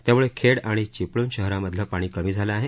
त्यामुळे खेड आणि चिपळूण शहरांमधलं पाणी कमी झालं आहे